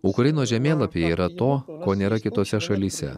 ukrainos žemėlapyje yra to ko nėra kitose šalyse